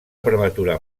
prematura